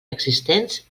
existents